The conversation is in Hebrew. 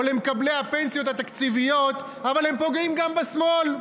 למקבלי הפנסיות התקציביות אבל הם פוגעים גם בשמאל.